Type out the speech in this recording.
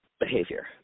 behavior